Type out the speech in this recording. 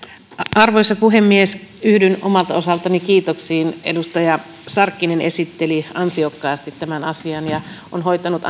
arvoisa puhemies yhdyn omalta osaltani kiitoksiin edustaja sarkkinen esitteli ansiokkaasti tämän asian ja on hoitanut